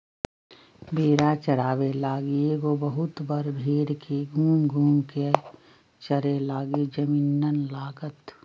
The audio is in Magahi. भेड़ा चाराबे लागी एगो बहुत बड़ भेड़ के घुम घुम् कें चरे लागी जमिन्न लागत